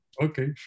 Okay